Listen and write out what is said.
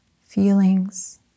feelings